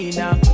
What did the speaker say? now